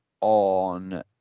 on